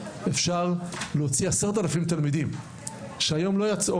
אפשר להוציא 10 אלפים תלמידים שהיום לא יצאו